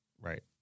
right